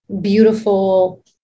beautiful